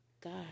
God